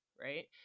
right